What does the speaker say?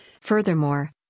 Furthermore